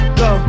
go